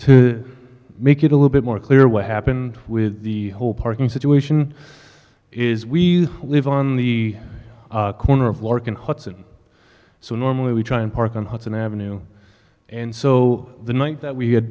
to make it a little bit more clear what happened with the whole parking situation is we live on the corner of lark and hudson so normally we try and park on hudson avenue and so the night that we had